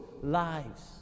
lives